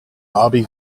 bobby